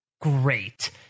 great